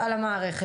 שנועדה למענה